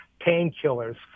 painkillers